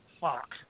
fuck